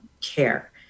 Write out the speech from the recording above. care